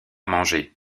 manger